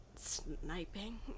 sniping